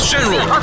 General